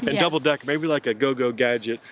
and double deck, maybe like a go-go gadget,